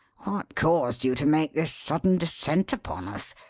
what caused you to make this sudden descent upon us?